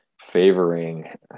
favoring